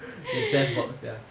their death box ya